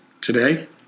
Today